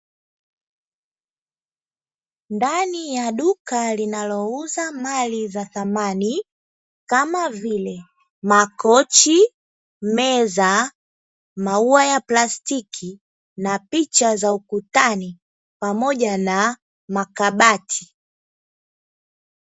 Ndani ya duka linalouza thamani za ndani kama vile makochi, meza, mauwa ya plastiki, picha za ukutani pamoja na makabati.